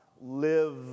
live